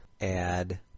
Add